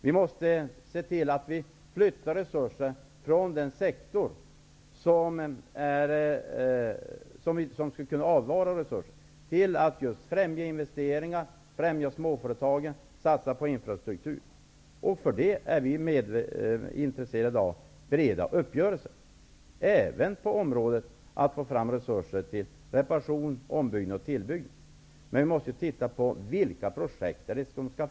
Vi måste se till att vi flyttar resurser från den sektor som skulle kunna avvara resurser för att främja investeringar, främja småföretag och satsa på infrastruktur. Vi är intresserade av breda uppgörelser, även när det gäller att få fram resurser till reparation, ombyggnad och tillbyggnad. Men vi måste se över vilka projekt som skall sättas i gång.